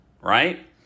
Right